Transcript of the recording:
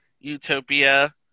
Utopia